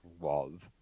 love